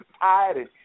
tired